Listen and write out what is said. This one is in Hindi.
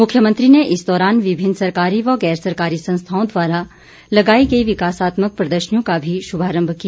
मुख्यमंत्री ने इस दौरान विभिन्न सरकारी व गैर सरकारी संस्थाओं द्वारा लगाई गई विकासात्मक प्रदर्शनियों का भी शुभारम्भ किया